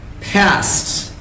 Past